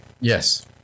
yes